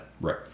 Right